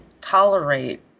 tolerate